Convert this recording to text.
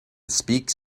speaks